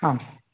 आम्